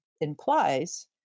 implies